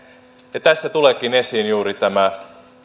tässä tuleekin esiin juuri tämä